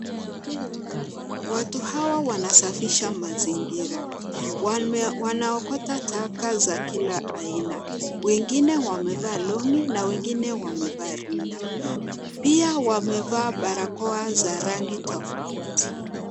Watu hawa wanasafisha mazingira. Wanaokota taka za kila aina. Wengine wamevaa longi na wengine wamevaa rinda. Pia wamevaa barakoa za rangi tofauti.